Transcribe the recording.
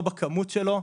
לא בכמות שלו,